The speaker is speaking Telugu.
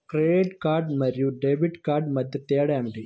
క్రెడిట్ కార్డ్ మరియు డెబిట్ కార్డ్ మధ్య తేడా ఏమిటి?